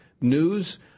news